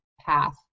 path